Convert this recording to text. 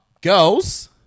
girls